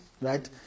right